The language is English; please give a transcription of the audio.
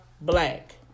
black